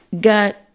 got